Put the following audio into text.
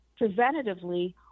preventatively